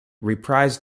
reprised